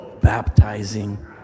baptizing